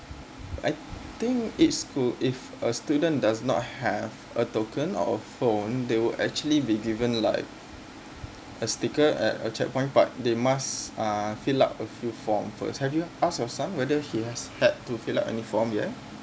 I think each school if a student does not have a token or phone they would actually be given like a sticker at a checkpoint but they must uh fill up a few form first have you ask your son whether he has pledged to fill up any form ya